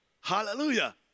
Hallelujah